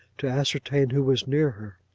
to ascertain who was near her.